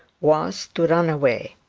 was to run away.